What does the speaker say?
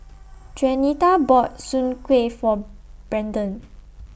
Juanita bought Soon Kway For Branden